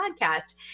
podcast